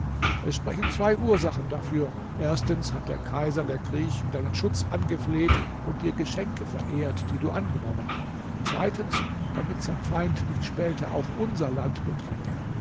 es sprechen zwei ursachen dafür erstens hat der kaiser der griechen deinen schutz angefleht und dir geschenke verehrt die du angenommen zweitens damit sein feind nicht später auch unser land bedränge